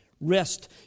rest